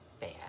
bad